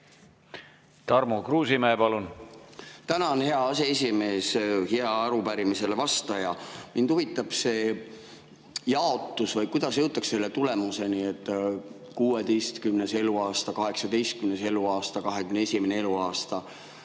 Tarmo Kruusimäe, palun! Tänan, hea aseesimees! Hea arupärimisele vastaja! Mind huvitab see jaotus või kuidas jõutakse tulemuseni, et 16. eluaasta, 18. eluaasta, 21. eluaasta.